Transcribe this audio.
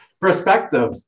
Perspective